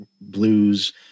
blues